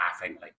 Laughingly